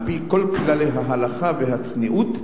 על-פי כל כללי ההלכה והצניעות.